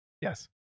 yes